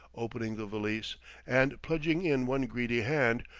opening the valise and plunging in one greedy hand,